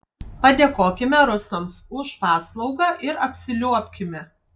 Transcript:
padėkokime rusams už paslaugą ir apsiliuobkime